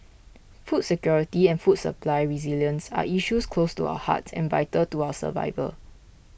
food security and food supply resilience are issues close to our hearts and vital to our survival